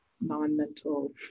non-mental